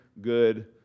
good